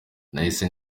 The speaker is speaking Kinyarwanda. nahise